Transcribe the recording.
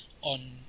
on